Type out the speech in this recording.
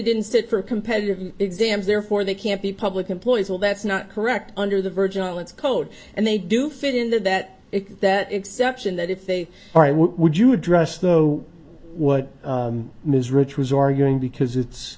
didn't state for competitive exams therefore they can't be public employees well that's not correct under the virgin islands code and they do fit in that that that exception that if they are i would you address though what ms rich was arguing because it's